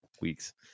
weeks